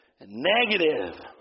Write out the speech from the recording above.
negative